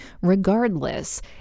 Regardless